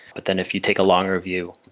but then if you take a longer view,